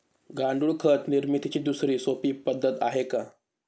गांडूळ खत निर्मितीची दुसरी सोपी पद्धत आहे का?